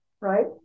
right